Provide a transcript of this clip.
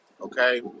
okay